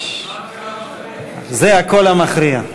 מצביע זה הקול המכריע.